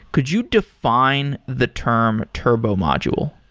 could you define the term turbo module?